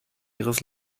ihres